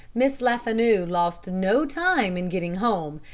miss lefanu lost no time in getting home,